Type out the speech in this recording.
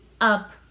up